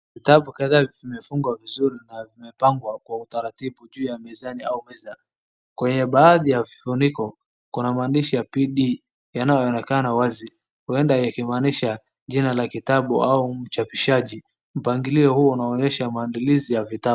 Vitabu kadhaa zimefungwa vizuri na zimepangwa kwa taratibu ju ya mezani au meza. Kwenye baadhi ya vifuniko kuna maandishi ya pindi yanaonekana wazi. Huenda likamanisha jina la kitabu au mchabishaji. Mpangilio huu unaonyesha maandilizi ya vitabu.